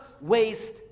waste